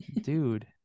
Dude